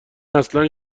اصلا